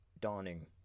dawning